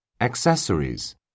Accessories